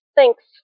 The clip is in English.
Thanks